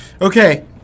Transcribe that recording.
Okay